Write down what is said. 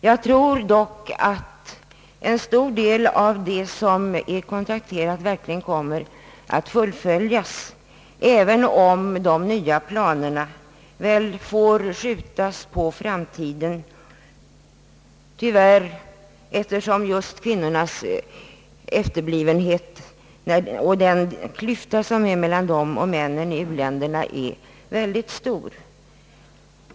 Jag tror dock att en stor del av det som är kontrakterat verkligen kommer att fullföljas, även om de nya planerna väl tyvärr får skjutas på framtiden eftersom just kvinnornas efterblivenhet och klyftan mellan dem och männen i uländerna är mycket stora.